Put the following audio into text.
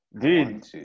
Dude